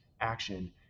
action